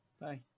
Bye